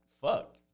fuck